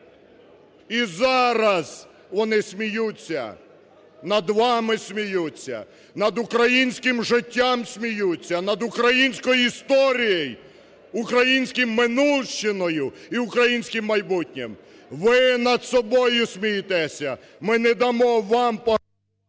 І зараз вони сміються, над вами сміються, над українським життям сміються, над українською історією, українською минулщиною і українським майбутнім. Ви над собою смієтеся. Ми не дамо вам…